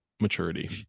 maturity